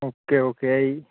okay okay ꯑꯩ